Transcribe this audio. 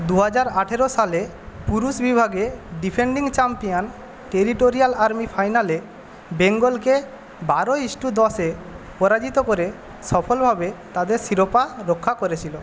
দু হাজার আঠারো সালে পুরুষ বিভাগে ডিফেন্ডিং চ্যাম্পিয়ন টেরিটোরিয়াল আর্মি ফাইনালে বেঙ্গলকে বারো ইজ টু দশে পরাজিত করে সফলভাবে তাদের শিরোপা রক্ষা করেছিলো